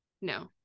no